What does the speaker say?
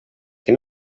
que